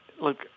look –